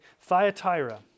Thyatira